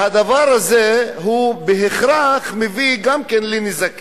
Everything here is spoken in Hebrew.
והדבר הזה בהכרח מביא לנזקים,